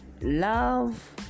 Love